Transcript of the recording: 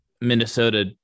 Minnesota